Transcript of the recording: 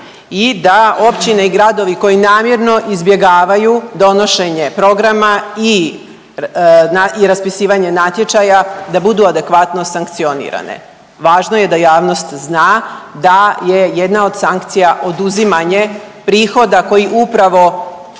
i da općine i gradovi koji namjerno izbjegavaju donošenje programa i raspisivanje natječaja, da budu adekvatno sankcionirane. Važno je da jasnost zna da je jedna od sankcija oduzimanje prihoda koji upravo,